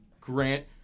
grant –